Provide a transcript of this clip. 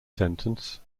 sentence